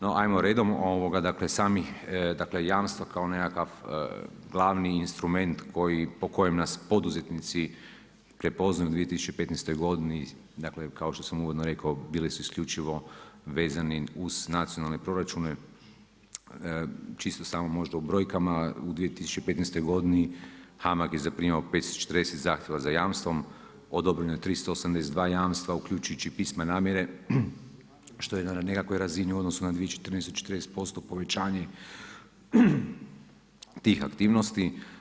No ajmo redom, dakle sami, dakle jamstva kao nekakav glavni instrument koji po kojem nas poduzetnici prepoznaju u 2015. godini, kao što sam uvodno rekao bili su isključivo vezani uz nacionalne proračune, čisto samo možda u brojkama u 2015. godini HAMAG je zaprimio 540 zahtjeva za jamstvo, odobreno je 382 jamstva uključujući pismo namjere što je na nekakvoj razini u odnosu na 2014., 40% povećanje tih aktivnosti.